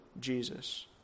Jesus